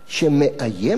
שמאיימת,